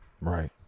Right